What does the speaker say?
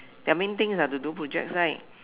their main things are to do projects right